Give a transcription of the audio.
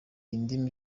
indimi